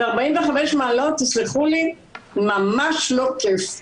45 מעלות זה ממש לא כיף.